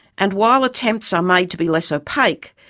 and while attempts are made to be less opaque,